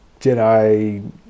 Jedi